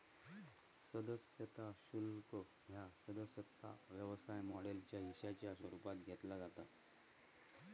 सदस्यता शुल्क ह्या सदस्यता व्यवसाय मॉडेलच्या हिश्शाच्या स्वरूपात घेतला जाता